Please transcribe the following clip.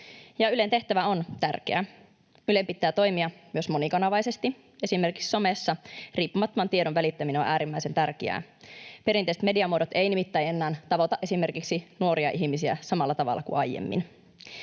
Ylen tehtävä on tärkeä. Ylen pitää toimia myös monikanavaisesti. Esimerkiksi somessa riippumattoman tiedon välittäminen on äärimmäisen tärkeää. Perinteiset mediamuodot eivät nimittäin enää tavoita esimerkiksi nuoria ihmisiä samalla tavalla kuin aiemmin.